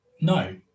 no